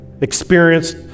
experienced